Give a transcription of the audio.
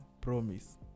Promise